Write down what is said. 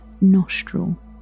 nostril